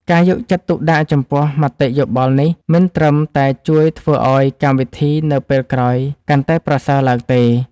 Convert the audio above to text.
ការយកចិត្តទុកដាក់ចំពោះមតិយោបល់នេះមិនត្រឹមតែជួយធ្វើឲ្យកម្មវិធីនៅពេលក្រោយកាន់តែប្រសើរឡើងទេ